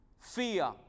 Fear